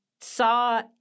Saw